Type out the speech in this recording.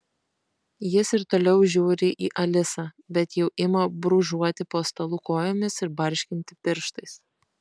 jis ir toliau žiūri į alisą bet jau ima brūžuoti po stalu kojomis ir barškinti pirštais